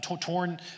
torn